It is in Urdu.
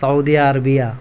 سعودیہ عربیہ